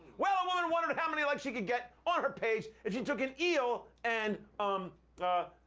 well, a woman wondered how many likes she could get on her page if she took an eel and umm ah